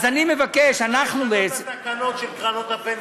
אז אני מבקש: אנחנו, התקנות של קרנות הפנסיה.